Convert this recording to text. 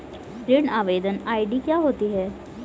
ऋण आवेदन आई.डी क्या होती है?